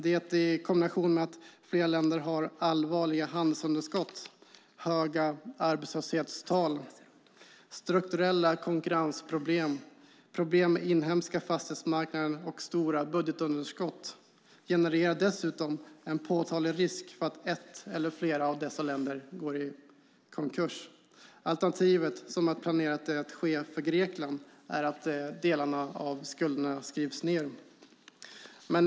Detta i kombination med att flera länder har allvarliga handelsunderskott, höga arbetslöshetstal, strukturella konkurrensproblem, problem med den inhemska fastighetsmarknaden och stora budgetunderskott genererar dessutom en påtaglig risk för att ett eller flera av dessa länder går i konkurs. Alternativet, som är planerat att ske för Grekland, är att delar av skulderna skrivs ned.